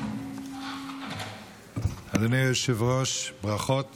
אדוני היושב-ראש, ברכות